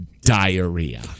Diarrhea